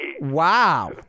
Wow